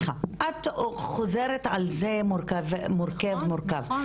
את חוזרת על זה מורכב ומורכב,